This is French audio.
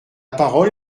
parole